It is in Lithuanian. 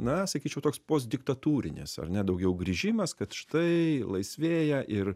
na sakyčiau toks postdiktatūrinės ar ne daugiau grįžimas kad štai laisvėja ir